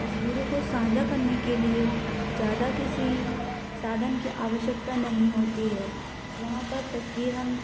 तस्वीरों को साझा करने के लिए ज़्यादा किसी साधन की आवश्यकता नहीं होती है वहाँ पर तस्वीर हम